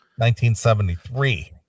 1973